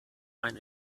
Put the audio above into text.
ein